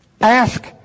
ask